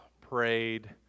prayed